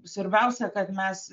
svarbiausia kad mes